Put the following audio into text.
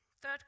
Third